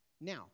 now